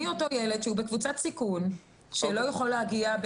מי אותו ילד שהוא בקבוצת סיכון, שלא יכול להגיע.